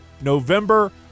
November